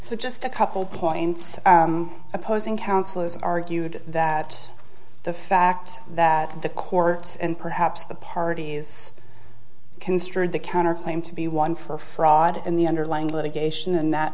just a couple points opposing counsel has argued that the fact that the courts and perhaps the parties construed the counterclaim to be one for fraud in the underlying litigation and that